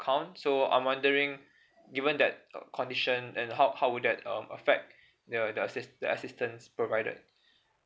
account so I'm wondering given that condition and how how would that um affect the the assist the assistance provided